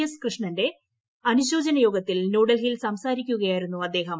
S കൃഷ്ണന്റെ അനുശേചന യോഗത്തിൽ ന്യൂഡൽഹിയിൽ സംസാരിക്കുകയ്ക്ക്യായിരുന്നു അദ്ദേഹം